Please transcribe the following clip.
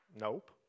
Nope